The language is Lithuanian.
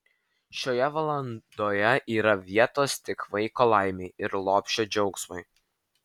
šioje valandoje yra vietos tik vaiko laimei ir lopšio džiaugsmui